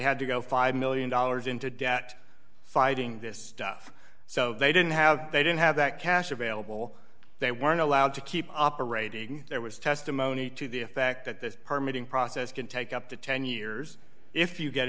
had to go five million dollars into debt fighting this stuff so they didn't have they didn't have that cash available they weren't allowed to keep operating there was testimony to the effect that this permuting process can take up to ten years if you get